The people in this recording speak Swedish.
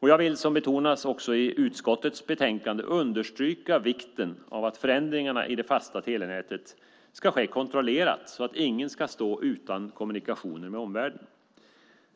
Jag vill, som också betonas i utskottets betänkande, understryka vikten av att förändringarna i det fasta telenätet ska ske kontrollerat så att ingen ska stå utan kommunikationer med omvärlden.